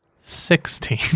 sixteen